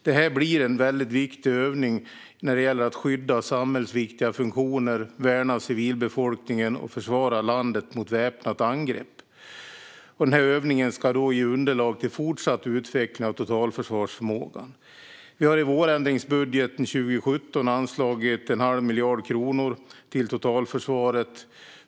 Det här blir en väldigt viktig övning när det gäller att skydda samhällsviktiga funktioner, värna civilbefolkningen och försvara landet mot väpnat angrepp. Denna övning ska ge underlag till fortsatt utveckling av totalförsvarsförmågan. Vi har i vårändringsbudgeten 2017 anslagit en halv miljard kronor till totalförsvaret.